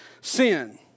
sin